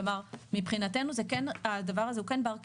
כלומר מבחינתנו הדבר הזה הוא כן בר קיזוז,